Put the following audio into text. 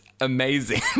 amazing